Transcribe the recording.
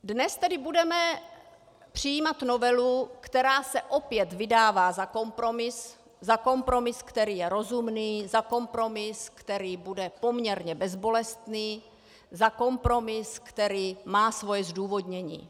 Dnes tedy budeme přijímat novelu, která se opět vydává za kompromis za kompromis, který je rozumný, za kompromis, který bude poměrně bezbolestný, za kompromis, který má své zdůvodnění.